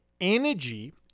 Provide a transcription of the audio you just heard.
energy